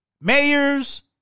Mayors